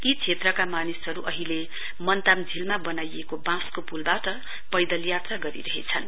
यी क्षेत्रका मानिसहरू अहिले मन्ताम झीलमा बनाइएको बाँसको पुलबाट पैदल यात्रा गरिरहेछन्